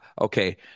okay